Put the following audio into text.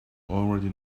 already